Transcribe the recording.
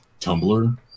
Tumblr